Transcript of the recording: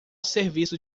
serviço